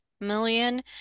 million